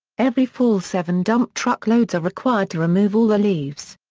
every fall seven dump truck loads are required to remove all the leaves.